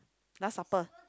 last supper